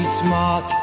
smart